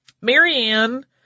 Marianne